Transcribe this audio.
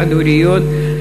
חד-הוריות,